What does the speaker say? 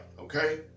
okay